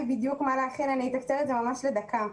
לבעיה שמאור הציגה,